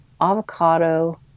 avocado